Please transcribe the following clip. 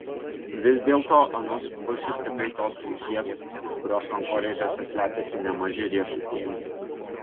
vis dėlto anos pušys tikrai tos rūšies kurios kankorėžiuose slepiasi nemaži riešutėliai